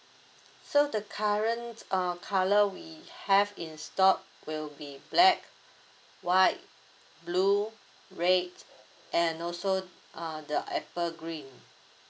so the current uh colour we have in stock will be black white blue red and also uh the apple green